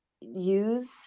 use